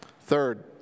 Third